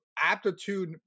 aptitude